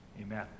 Amen